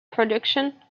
production